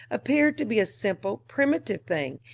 appeared to be a simple, primitive thing,